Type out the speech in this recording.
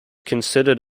considered